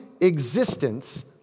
existence